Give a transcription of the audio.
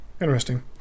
Interesting